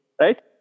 right